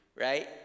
right